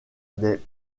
des